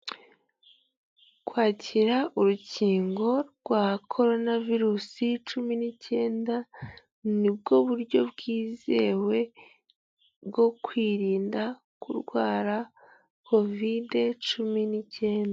Kwakira urukingo rwa korona virusi cumi n'icyenda ni bwo buryo bwizewe bwo kwirinda kurwara kovide cumi n'icyenda.